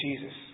Jesus